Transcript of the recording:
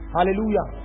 Hallelujah